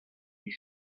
you